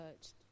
touched